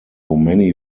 many